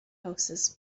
houses